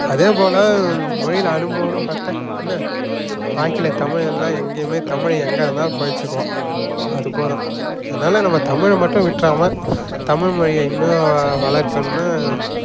அதேபோல் மொழியில் அனுபவம்னு பார்த்தா என்ன வாழ்க்கையில் தமிழ் இருந்தால் எங்கேயுமே தமிழன் எங்கே இருந்தாலும் பிழச்சிக்குவான் அது போதும் அதனால நம்ம தமிழ மட்டும் விட்டுறாம தமிழ் மொழியை இன்னும் வளர்க்கணும்னு